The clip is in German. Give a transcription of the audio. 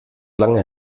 lange